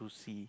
see